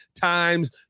times